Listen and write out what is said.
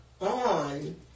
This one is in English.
on